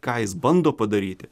ką jis bando padaryti